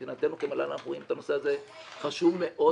מבחינתנו כמל"ל אנחנו רואים את הנושא הזה חשוב מאוד,